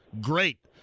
great